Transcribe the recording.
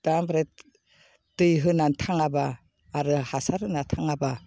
दा ओमफ्राय दै होनानै थाङाबा आरो हासार होनानै थाङाबा